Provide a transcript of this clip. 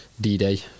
D-Day